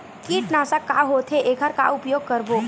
कीटनाशक का होथे एखर का उपयोग करबो?